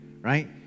right